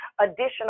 additional